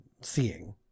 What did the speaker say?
seeing